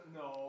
no